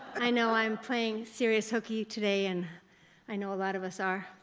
i know i'm playing serious hooky today and i know a lot of us are.